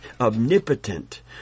omnipotent